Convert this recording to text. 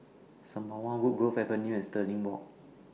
Sembawang Woodgrove Avenue and Stirling Walk